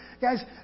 Guys